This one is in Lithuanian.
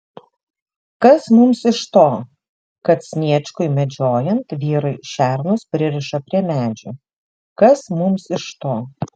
kas mums iš to kad sniečkui medžiojant vyrai šernus pririša prie medžių kas mums iš to